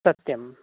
सत्यं